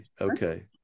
Okay